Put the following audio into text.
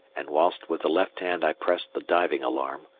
and whilst with the left hand i pressed the diving alarm,